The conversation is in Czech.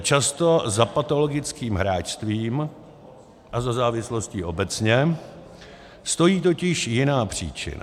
Často za patologickým hráčstvím a za závislostí obecně stojí totiž jiná příčina.